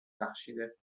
بخشیده